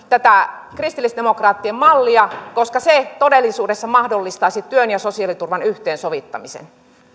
tätä kristillisdemokraattien mallia koska se todellisuudessa mahdollistaisi työn ja sosiaaliturvan yhteensovittamisen